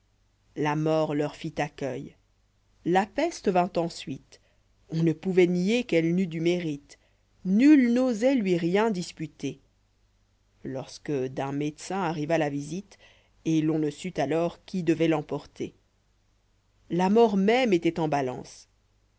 la mort leur fît accueil la peste vint ensuite on ne pouvoit nier qu'elle n'eût du mérite nul n'osoit lui rien disputer lorsque d'un médecin arriva la visite et l'on ne sut alors qui devoit l'emporter la mort même étoit en balance